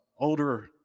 older